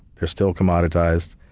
they're still commoditized,